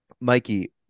Mikey